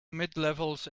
midlevels